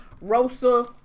rosa